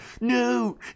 No